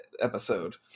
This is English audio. episode